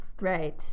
Right